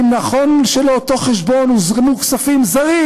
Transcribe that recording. האם נכון הוא שלאותו חשבון הוזרמו כספים זרים?